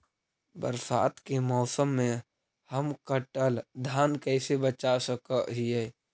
बरसात के मौसम में हम कटल धान कैसे बचा सक हिय?